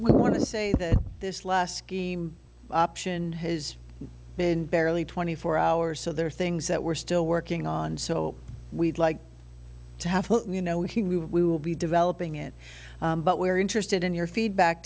we want to say that this last scheme option has been barely twenty four hours so there are things that we're still working on so we'd like to have you know he we will be developing it but we're interested in your feedback